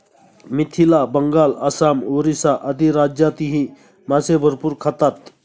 मिथिला, बंगाल, आसाम, ओरिसा आदी राज्यांतही मासे भरपूर खातात